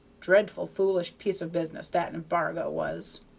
dreadful foolish piece of business that embargo was!